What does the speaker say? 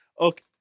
Okay